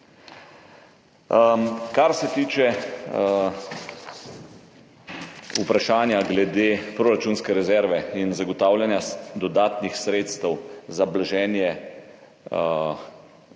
Kar se tiče vprašanja glede proračunske rezerve in zagotavljanja dodatnih sredstev za blaženje